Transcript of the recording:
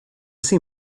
ese